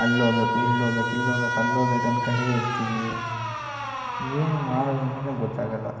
ಅಲ್ಲೋಗ್ಬೇಕು ಇಲ್ಲೋಗ್ಬೇಕು ಇಲ್ಲೋಗ್ಬೇಕು ಅಲ್ಲೋಗ್ಬೇಕು ಅಂದ್ಕೊಂಡೆ ಇರ್ತೀವಿ ಏನು ಮಾಡೋದು ಅಂತಲೇ ಗೊತ್ತಾಗೋಲ್ಲ